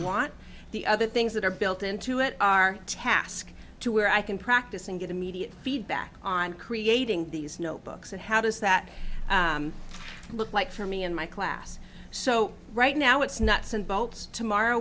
want the other things that are built into it our task to where i can practice and get immediate feedback on creating these notebooks and how does that look like for me in my class so right now it's nuts and bolts tomorrow